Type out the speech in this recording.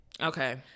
okay